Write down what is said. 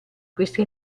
questi